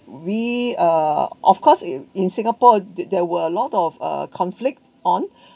we uh of course in in singapore there were a lot of uh conflict on